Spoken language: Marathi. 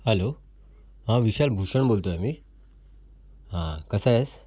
हॅलो हा विशाल भूषण बोलतो आहे मी हा कसा आहेस